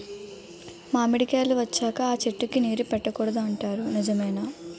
మామిడికాయలు వచ్చాక అ చెట్టుకి నీరు పెట్టకూడదు అంటారు నిజమేనా?